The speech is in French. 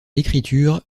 l’écriture